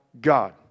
God